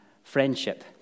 friendship